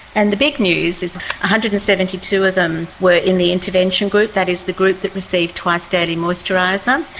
and the big news is one hundred and seventy two of them were in the intervention group, that is the group that received twice-daily moisturiser,